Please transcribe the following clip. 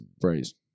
phrase